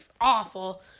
awful